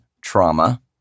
trauma